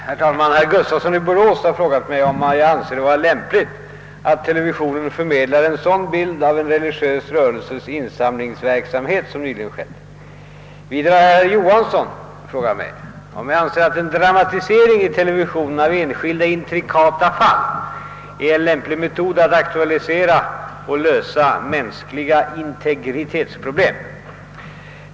Herr talman! Herr Gustafsson i Borås har frågat mig, om jag anser det vara lämpligt att televisionen förmedlar en sådan bild av en religiös rörelses insamlingsverksamhet som nyligen skett. Vidare har herr Johansson Skärstad frågat mig, om jag anser att en dramatisering i televisionen av enskilda intrikata fall är en lämplig metod att aktualisera och lösa mänskliga integritetsproblem.